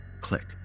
click